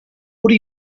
are